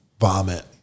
vomit